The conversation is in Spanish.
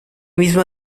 mismo